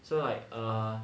so like err